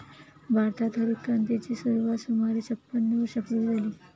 भारतात हरितक्रांतीची सुरुवात सुमारे छपन्न वर्षांपूर्वी झाली